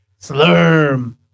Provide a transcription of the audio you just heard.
Slurm